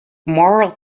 moral